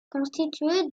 constitués